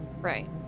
Right